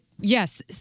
yes